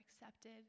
accepted